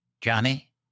Johnny